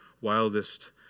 wildest